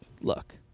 look